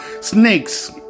snakes